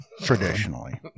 Traditionally